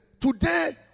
today